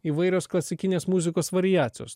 įvairios klasikinės muzikos variacijos